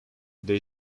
they